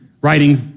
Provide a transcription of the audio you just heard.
writing